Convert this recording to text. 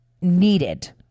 needed